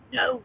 no